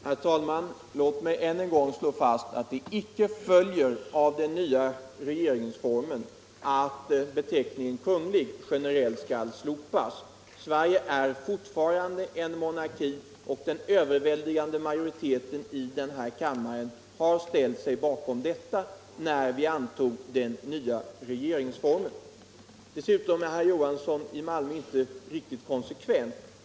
Herr talman! Låt mig än en gång slå fast att det icke följer av den nya regeringsformen att beteckningen Kunglig generellt skall slopas. Sverige är fortfarande en monarki, och den överväldigande majoriteten här i kammaren har ställt sig bakom detta när vi antog den nya regeringsformen. Dessutom är herr Johansson i Malmö inte riktigt konsekvent.